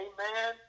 Amen